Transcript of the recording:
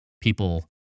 people